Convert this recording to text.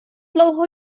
dlouho